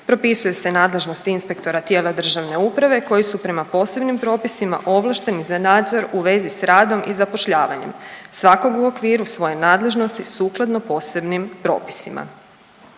Propisuje se nadležnost inspektora tijela državne uprave koji su prema posebnim propisima ovlašteni za nadzor u vezi s radom i zapošljavanjem svakog u okviru svoje nadležnosti sukladno posebnim propisima.